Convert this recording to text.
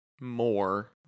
more